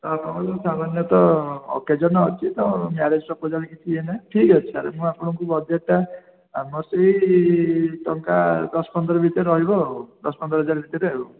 ତ ଆପଣ ସାମାନ୍ୟତଃ ଅକେଜନ୍ ଅଛି ତ ମ୍ୟାରେଜ୍ ପ୍ରପୋଜାଲ୍ କିଛି ଇଏ ନାହିଁ ଠିକ୍ ଅଛି ତା'ହେଲେ ମୁଁ ଆପଣଙ୍କୁ ବଜେଟଟା ଆମର ସେହି ଟଙ୍କା ଦଶ ପନ୍ଦର ଭିତରେ ରହିବ ଆଉ ଦଶ ପନ୍ଦର ହଜାର ଭିତରେ ଆଉ